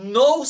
no